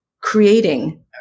creating